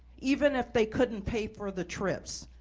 even if they couldn't pay for the trips.